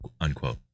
Unquote